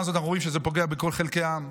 הזאת אנחנו רואים שזה פוגע בכל חלקי העם.